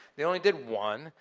they only did one.